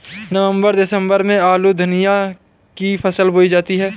नवम्बर दिसम्बर में आलू धनिया की फसल बोई जाती है?